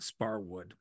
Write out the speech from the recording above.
Sparwood